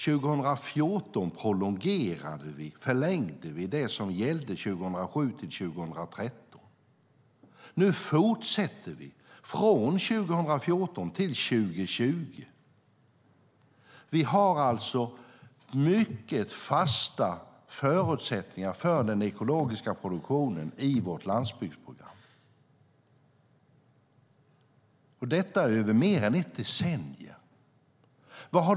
År 2014 prolongerade - förlängde - vi det som gällde 2007 till 2013. Nu fortsätter vi från 2014 till 2020. Vi har alltså mycket fasta förutsättningar för den ekologiska produktionen i vårt landsbygdsprogram - detta under mer än ett decennium.